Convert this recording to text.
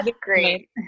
great